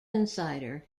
insider